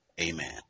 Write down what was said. amen